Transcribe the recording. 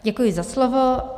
Děkuji za slovo.